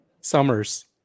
Summers